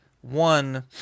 one